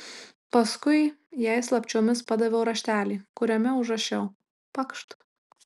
paskui jai slapčiomis padaviau raštelį kuriame užrašiau pakšt